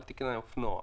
אל תקנה אופנוע.